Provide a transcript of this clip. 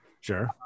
sure